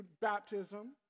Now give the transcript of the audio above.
Baptism